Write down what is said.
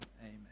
Amen